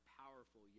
powerful